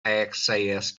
access